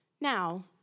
Now